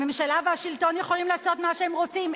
הממשלה והשלטון יכולים לעשות מה שהם רוצים,